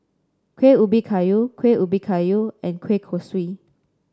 Kueh Ubi Kayu Kueh Ubi Kayu and Kueh Kosui